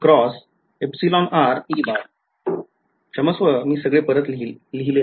क्षमस्व मी सगळे परत लिहिले